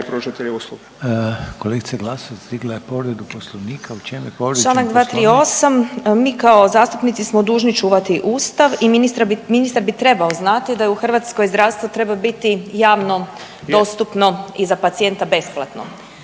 Željko (HDZ)** Kolegica Glasovac digla je povredu Poslovnika. U čemu je povrijeđen Poslovnik? **Glasovac, Sabina (SDP)** Čl. 238. Mi kao zastupnici smo dužni čuvati Ustav i ministar bi trebao znati da u Hrvatskoj zdravstvo treba biti javno dostupno i za pacijenta besplatno,